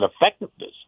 effectiveness